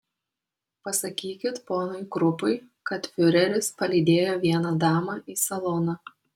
pasakykit ponui krupui kad fiureris palydėjo vieną damą į saloną